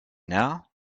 now